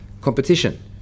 competition